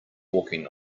walking